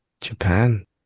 Japan